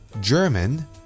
German